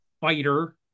fighter